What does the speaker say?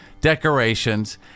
decorations